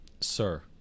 Sir